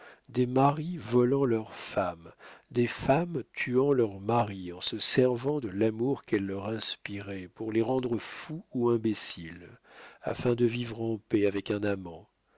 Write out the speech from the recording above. des maris volant leurs femmes des femmes tuant leurs maris en se servant de l'amour qu'elles leur inspiraient pour les rendre fous ou imbéciles afin de vivre en paix avec un amant